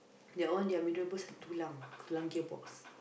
that one their mee-rebus tulang